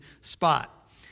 spot